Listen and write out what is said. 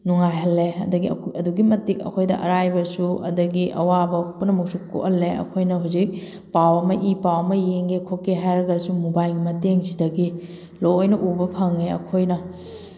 ꯅꯨꯡꯉꯥꯏꯍꯜꯂꯦ ꯑꯗꯒꯤ ꯑꯗꯨꯛꯀꯤ ꯃꯇꯤꯛ ꯑꯩꯈꯣꯏꯗ ꯑꯔꯥꯏꯕꯁꯨ ꯑꯗꯒꯤ ꯑꯋꯥꯕ ꯄꯨꯝꯅꯃꯛꯁꯨ ꯀꯣꯛꯍꯜꯂꯦ ꯑꯩꯈꯣꯏꯅ ꯍꯧꯖꯤꯛ ꯄꯥꯎ ꯑꯃ ꯏ ꯄꯥꯎ ꯑꯃ ꯌꯦꯡꯒꯦ ꯈꯣꯠꯀꯦ ꯍꯥꯏꯔꯒꯁꯨ ꯃꯣꯕꯥꯏꯜꯒꯤ ꯃꯇꯦꯡꯁꯤꯗꯒꯤ ꯂꯣꯏꯅ ꯎꯕ ꯐꯪꯉꯦ ꯑꯩꯈꯣꯏꯅ